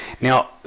Now